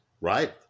right